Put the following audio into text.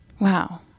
Wow